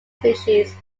species